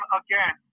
again